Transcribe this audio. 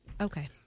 Okay